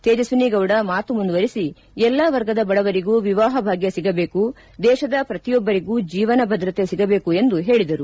ತೇಜಸ್ವಿನಿಗೌಡ ಮಾತು ಮುಂದುವರಿಸಿ ಎಲ್ಲಾ ವರ್ಗದ ಬಡವರಿಗೂ ವಿವಾಹ ಭಾಗ್ಯ ಸಿಗಬೇಕು ದೇಶದ ಪ್ರತಿಯೊಬ್ಬರಿಗೂ ಜೀವನ ಭದ್ರತೆ ಸಿಗಬೇಕು ಎಂದು ಹೇಳಿದರು